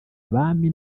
abami